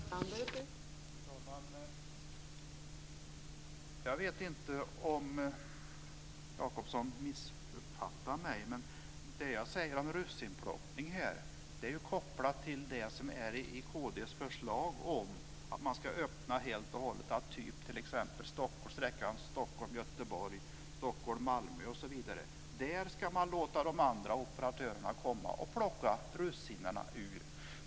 Fru talman! Jag vet inte om Jacobsson missuppfattar mig, för det jag säger om russinplockning är ju kopplat till kd:s förslag om att man helt och hållet ska öppna för konkurrens på sträckorna Stockholm-Göteborg, Stockholm-Malmö osv. Där ska man låta de andra operatörerna komma och plocka russinen.